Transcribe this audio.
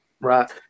Right